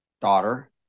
daughter